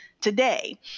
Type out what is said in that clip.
today